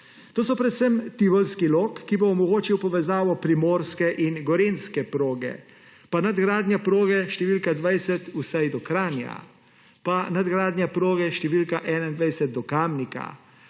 To so predvsem tivolski lok(?), ki bo omogočil povezavo primorske in gorenjske proge, pa nadgradnja proge številka 20 vsaj do Kranja, pa nadgradnja proge številka 21 do Kamnika.